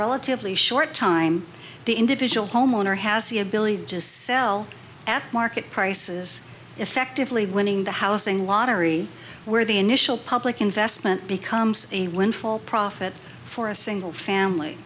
relatively short time the individual homeowner has the ability to sell at market prices effectively winning the housing lottery where the initial public investment becomes a windfall profit for a single family